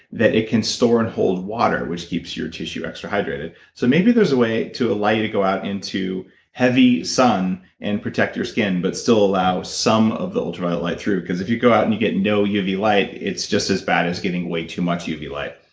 that it can store and hold water, which keeps your tissue extra hydrated so maybe there's a way to allow you to go out into heavy sun and protect your skin, but still allow some of the ultraviolet light through. because if you go out and you get no uv light, it's just as bad as getting way too much uv light.